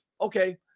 okay